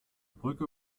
brücke